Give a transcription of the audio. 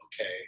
okay